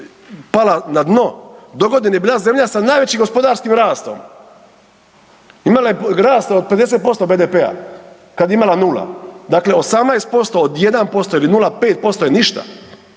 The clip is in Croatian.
pala na dno, dogodine je bila zemlja sa najvećim gospodarskim rastom. Imala je rast od 50% BDP-a, kad je imala 0. Dakle 18% od 1% ili 0,5% je ništa.